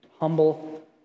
Humble